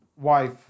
wife